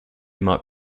might